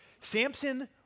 Samson